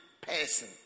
person